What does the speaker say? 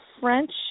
French